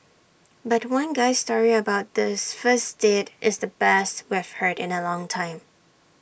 but one guy's story about this first date is the best we've heard in A long time